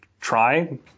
try